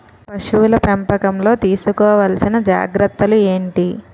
పశువుల పెంపకంలో తీసుకోవల్సిన జాగ్రత్త లు ఏంటి?